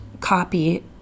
copy